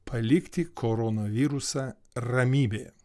palikti koronavirusą ramybėje